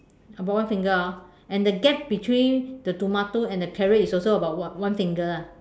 about one finger orh and the gap between the tomato and the carrot is also about what one finger lah